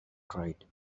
cried